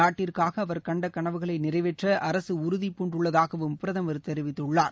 நாட்டிற்காக அவர் கண்ட கனவுகளை நிறைவேற்ற அரசு உறுதிபூண்டுள்ளதாகவும் பிரதமர் தெரிவித்துள்ளார்